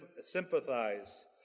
sympathize